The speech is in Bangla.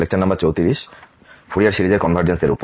সুতরাং এটি লেকচার নাম্বার 34 ফুরিয়ার সিরিজ এর কনভারজেন্স এর উপর